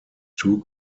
two